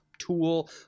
tool